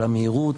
על המהירות,